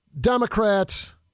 Democrats